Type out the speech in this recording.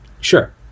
Sure